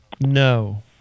No